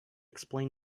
explain